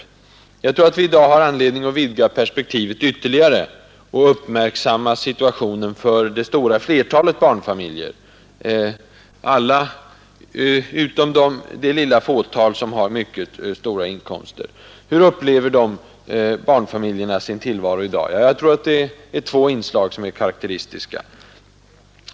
Jag tror att vi i dag har anledning att vidga perspektivet ytterligare och uppmärksamma situationen för det stora flertalet barnfamiljer — alla utom det lilla fåtal som har mycket stora inkomster. Hur upplever dessa barnfamiljer sin tillvaro i dag? Jag tror att två inslag är karakteristiska.